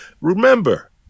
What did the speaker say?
remember